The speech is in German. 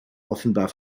offenbar